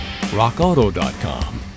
RockAuto.com